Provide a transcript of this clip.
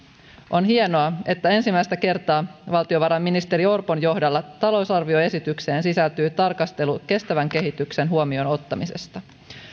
on hienoa että ensimmäistä kertaa valtiovarainministeri orpon johdolla talousarvioesitykseen sisältyy tarkastelu kestävän kehityksen huomioon ottamisesta